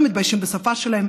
לא מתביישים בשפה שלהם,